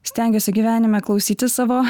stengiuosi gyvenime klausytis savo